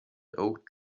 oak